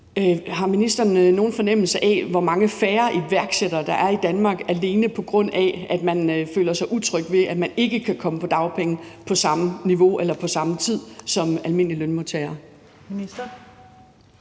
Har ministeren nogen fornemmelse af, hvor mange færre iværksættere der er i Danmark, alene på grund af at man føler sig utryg ved, at man ikke kan komme på dagpenge på samme niveau eller på samme tid som almindelige lønmodtagere?